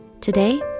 Today